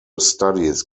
studies